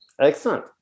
Excellent